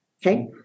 Okay